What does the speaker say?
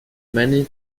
many